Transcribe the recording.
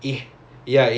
third time ah